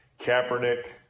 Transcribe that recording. Kaepernick